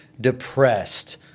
depressed